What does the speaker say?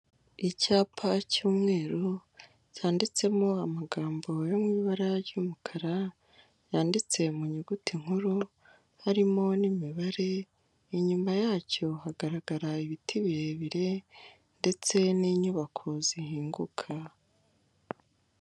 Icyapa cy'umweru cyanditsemo amagambo yo mu ibara ry'umukara, yanditse mu nyuguti nkuru harimo n'imibare inyuma yacyo hagaragara ibiti birebire ndetse n'inyubako zihinguka.